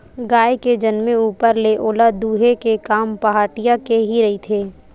गाय के जनमे ऊपर ले ओला दूहे के काम पहाटिया के ही रहिथे